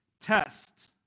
Test